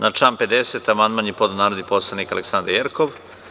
Na član 50. amandman je podnela narodni poslanik mr Aleksandra Jerkov.